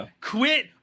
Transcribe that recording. quit